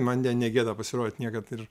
man ne negėda pasirodyti niekad ir